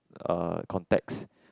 uh context